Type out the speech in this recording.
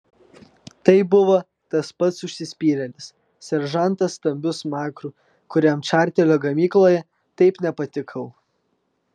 tai buvo tas pats užsispyrėlis seržantas stambiu smakru kuriam čarterio gamykloje taip nepatikau